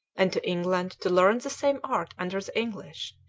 and to england to learn the same art under the english,